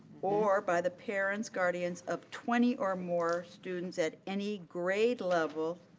or by the parents, guardians of twenty or more students at any grade level.